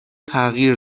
تغییر